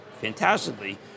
fantastically